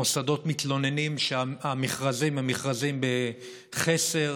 המוסדות מתלוננים שהמכרזים הם מכרזים בחסר,